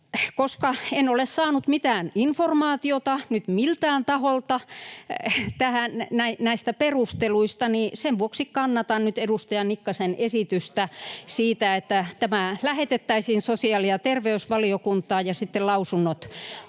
koska en ole saanut mitään informaatiota miltään taholta näistä perusteluista, niin sen vuoksi kannatan nyt edustaja Nikkasen esitystä siitä, että tämä lähetettäisiin sosiaali- ja terveysvaliokuntaan [Vasemmalta: